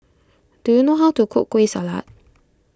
do you know how to cook Kueh Salat